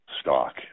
stock